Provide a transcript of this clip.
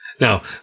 Now